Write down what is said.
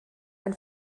ein